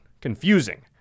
Confusing